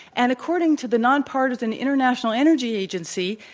and according to the nonpartisan international energy agency,